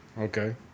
Okay